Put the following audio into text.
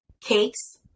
cakes